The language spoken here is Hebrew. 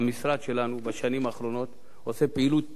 המשרד שלנו בשנים האחרונות עושה פעילות מעולה,